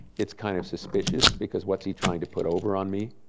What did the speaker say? it's kind of suspicious because what's he trying to put over on me,